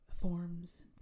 forms